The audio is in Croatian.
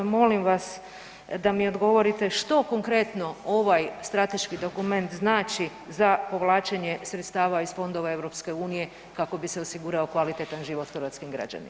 Molim vas da mi odgovorite što konkretno ovaj strateški dokument znači za povlačenje sredstava iz Fondova EU kako bi se osigurao kvalitetan život hrvatskim građanima.